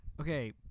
Okay